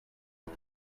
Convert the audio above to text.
ans